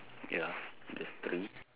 ya there's three